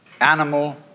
animal